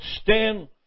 stand